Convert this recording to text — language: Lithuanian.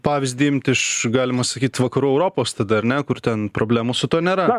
pavyzdį imt iš galima sakyt vakarų europos tada ar ne kur ten problemų su tuo nėra